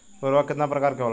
उर्वरक केतना प्रकार के होला?